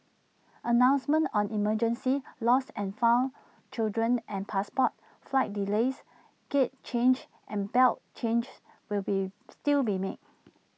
announcements on emergencies lost and found children and passports flight delays gate changes and belt changes will still be made